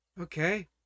okay